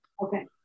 Okay